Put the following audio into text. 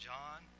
John